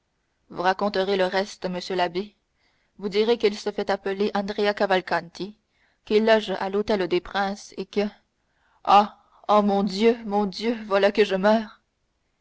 vous raconterez le reste monsieur l'abbé vous direz qu'il se fait appeler andrea cavalcanti qu'il loge à l'hôtel des princes que ah ah mon dieu mon dieu voilà que je meurs